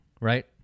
right